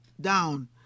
down